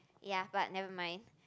ya but never mind